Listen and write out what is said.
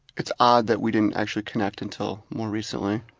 it's odd that we didn't actually connect until more recently.